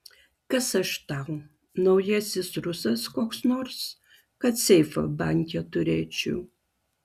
kas aš tau naujasis rusas koks nors kad seifą banke turėčiau